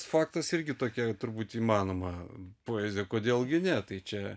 faktas irgi tokia turbūt įmanoma poezija kodėl gi ne tai čia